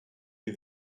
wie